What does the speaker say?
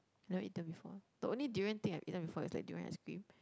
never eaten before the only durian thing I've eaten before is like durian ice cream